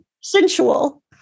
Sensual